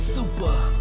Super